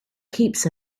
keeps